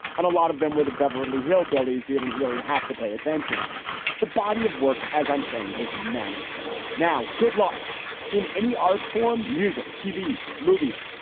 and a lot of them were the beverly hillbillies. you didn't really have to pay attention to body of work, as i'm saying, was manageable now. good luck in any art form, music, tv, movies,